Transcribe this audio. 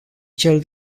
cel